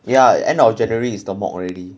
ya end of january it's the mock already